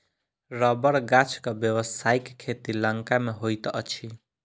रबड़ गाछक व्यवसायिक खेती लंका मे होइत अछि